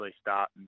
start